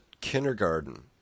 kindergarten